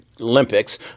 Olympics